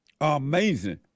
Amazing